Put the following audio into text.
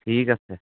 ঠিক আছে